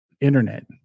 internet